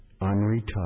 unretouched